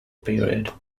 period